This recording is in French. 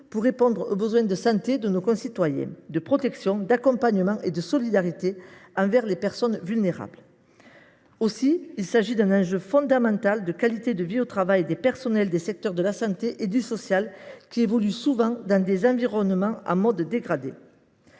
pour répondre aux besoins de santé de nos concitoyens, de protection, d’accompagnement et de solidarité envers les personnes vulnérables. Il s’agit aussi d’un enjeu fondamental de qualité de vie au travail des personnels des secteurs de la santé et du social, qui évoluent souvent dans des environnements en mode dégradé.